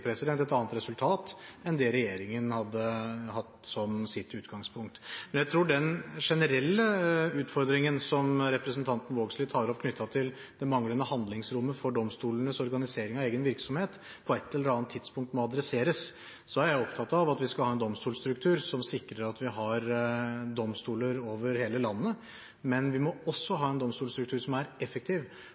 et annet resultat enn det regjeringen hadde hatt som sitt utgangspunkt. Men jeg tror den generelle utfordringen som representanten Vågslid tar opp knyttet til det manglende handlingsrommet for domstolenes organisering av egen virksomhet, på et eller annet tidspunkt må adresseres. Så er jeg opptatt av at vi skal ha en domstolsstruktur som sikrer at vi har domstoler over hele landet, men vi må også ha en domstolsstruktur som er effektiv,